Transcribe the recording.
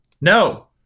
No